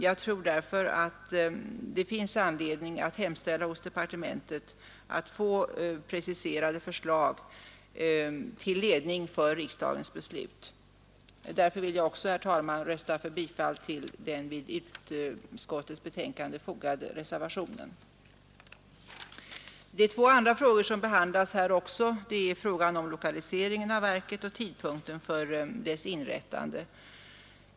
Jag tror därför att det finns anledning att hemställa hos departementet att få preciserade förslag till ledning för riksdagens beslut. Därför vill jag också, herr talman, yrka bifall till den vid utskottets betänkande fogade reservationen. De tvi andra frågor som behandlas h frågan om lokaliseringen av verket och tidpunkten för dess inrättande.